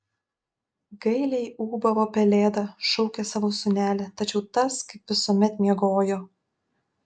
gailiai ūbavo pelėda šaukė savo sūnelį tačiau tas kaip visuomet miegojo